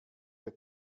wir